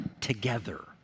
together